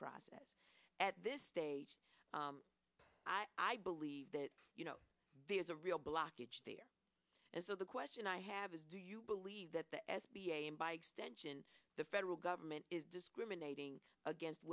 process at this stage i believe that you know there's a real blockage there and so the question i have is do you believe that the s b a and by extension the federal government is discriminating against